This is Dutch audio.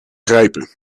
grijpen